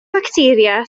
facteria